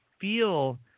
feel